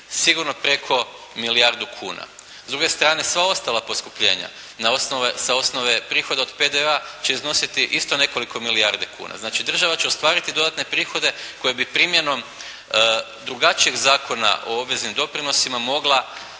sigurno preko milijardu kuna. s druge strane sva ostala poskupljenja sa osnove prihoda od PDV-a će iznositi isto nekoliko milijardi kuna. Znači država će ostvariti dodatne prihode koji bi primjenom drugačijeg Zakona o obveznim doprinosima mogla